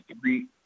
three